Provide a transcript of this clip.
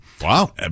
Wow